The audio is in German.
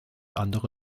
andere